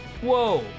Whoa